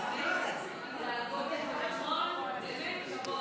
שאתה מתאמץ להגות את זה נכון, באמת, כבוד.